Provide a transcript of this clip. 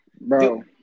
Bro